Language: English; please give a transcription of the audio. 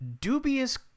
dubious